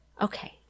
okay